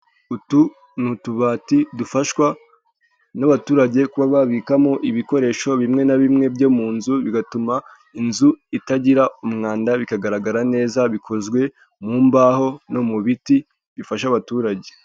Utu ni utubati dufashwa n'abaturage, kuba babikamo ibikoresho bimwe na bimwe byo mu nzu, bigatuma inzu itagira umwanda bikagaragara neza, bikozwe mu mbaho no mu biti, bifasha abaturage.